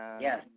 Yes